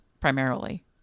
primarily